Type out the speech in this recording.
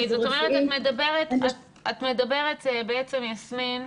את מדברת בעצם, יסמין,